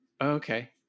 Okay